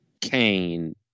Kane